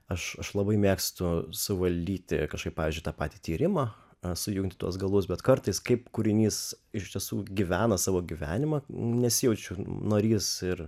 aš labai mėgstu suvaldyti kažkaip pavyzdžiui tą patį tyrimą sujungti tuos galus bet kartais kaip kūrinys iš tiesų gyvena savo gyvenimą nesijaučiu norys ir